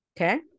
Okay